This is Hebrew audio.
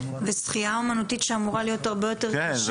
בשחייה אומנותית, שאמורה להיות הרבה יותר קשה,